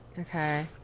Okay